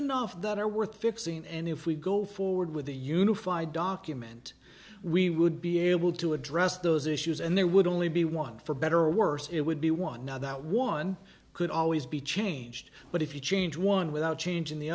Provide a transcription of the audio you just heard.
enough that are worth fixing and if we go forward with a unified document we would be able to address those issues and there would only be one for better or worse it would be one now that one could always be changed but if you change one without changing the